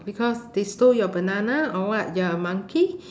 because they stole your banana or what you are a monkey